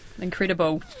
incredible